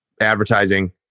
advertising